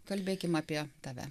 kalbėkim apie tave